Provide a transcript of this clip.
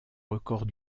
record